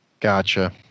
Gotcha